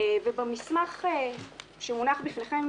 במסמך שמונח בפניכם,